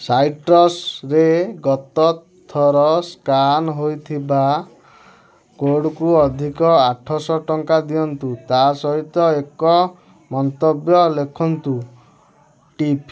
ସାଇଟ୍ରସରେ ଗତ ଥର ସ୍କାନ୍ ହୋଇଥିବା କୋର୍ଡ଼କୁ ଅଧିକ ଆଠଶହ ଟଙ୍କା ଦିଅନ୍ତୁ ତା ସହିତ ଏକ ମନ୍ତବ୍ୟ ଲେଖନ୍ତୁ ଟିପ୍